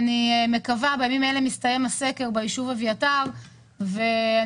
בימים אלו מסתיים הסקר ביישוב אביתר ואני